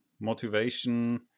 motivation